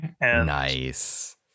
Nice